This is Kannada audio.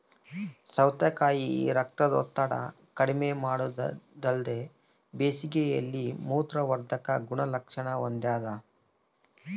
ಸೌತೆಕಾಯಿ ರಕ್ತದೊತ್ತಡ ಕಡಿಮೆಮಾಡೊದಲ್ದೆ ಬೇಸಿಗೆಯಲ್ಲಿ ಮೂತ್ರವರ್ಧಕ ಗುಣಲಕ್ಷಣ ಹೊಂದಾದ